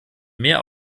mehr